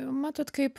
matot kaip